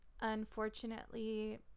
unfortunately